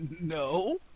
No